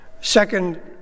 Second